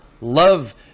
love